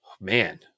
man